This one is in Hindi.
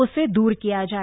उसे दूर किया जाए